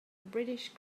british